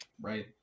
right